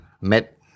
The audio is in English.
met